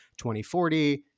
2040